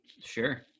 Sure